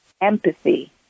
empathy